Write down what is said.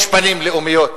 יש פנים לאומיות,